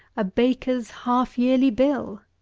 a baker's half-yearly bill.